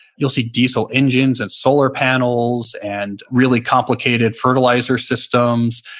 you'll see diesel engines and solar panels and really complicated fertilizer systems.